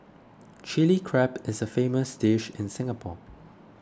Chilli Crab is a famous dish in Singapore